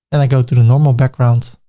and i go to the normal background.